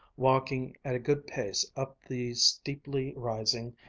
walking at a good pace up the steeply rising,